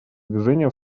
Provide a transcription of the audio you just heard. движения